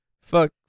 fuck